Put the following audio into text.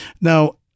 now